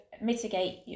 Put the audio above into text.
mitigate